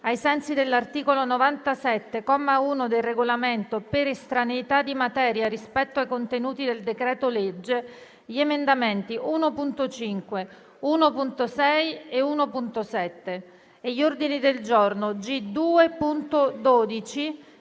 ai sensi dell'articolo 97, comma 1, del Regolamento, per estraneità di materia rispetto ai contenuti del decreto-legge, gli emendamenti 1.5, 1.6 e 1.7 e gli ordini del giorno G2.12